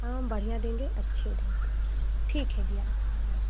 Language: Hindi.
हाँ बढ़िया देंगे अच्छे देंगे ठीक है भैया प्रणाम